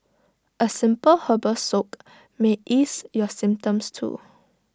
A simple herbal soak may ease your symptoms too